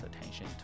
attention